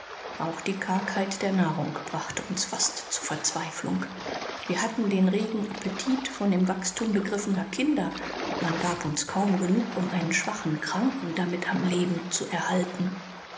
auch die kargheit der nahrung brachte uns fast zur verzweiflung wir hatten den regen appetit von im wachstum begriffener kinder und man gab uns kaum genug um einen schwachen kranken damit am leben zu erhalten